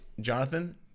Jonathan